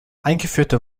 eingeführte